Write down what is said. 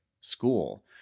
school